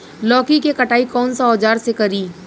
लौकी के कटाई कौन सा औजार से करी?